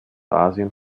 asien